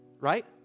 right